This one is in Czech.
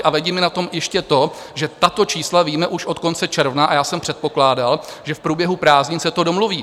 A vadí mi na tom ještě to, že tato čísla víme už od konce června a já jsem předpokládal, že v průběhu prázdnin se to domluví.